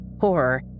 horror